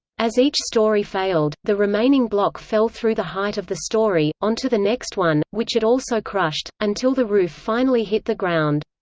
as each story failed, the remaining block fell through the height of the story, onto the next one, which it also crushed, until the roof finally hit the ground.